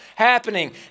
Happening